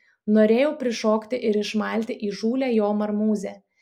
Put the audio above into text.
norėjau prišokti ir išmalti įžūlią jo marmūzę